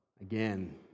again